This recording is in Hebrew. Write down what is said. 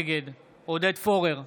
נגד עודד פורר,